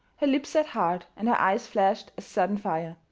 her lips set hard, and her eyes flashed a sudden fire.